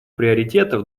приоритетов